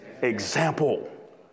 example